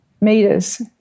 meters